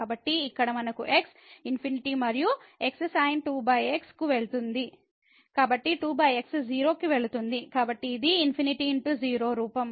కాబట్టి ఇక్కడ మనకు x ∞ మరియు x sin కు వెళుతుంది కాబట్టి2x 0 కి వెళుతుంది కాబట్టి ఇది ∞× 0 రూపం